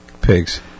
Pigs